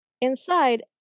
Inside